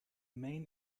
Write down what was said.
main